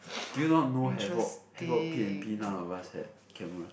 do you not know P_N_P none of us had camera